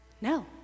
No